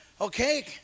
Okay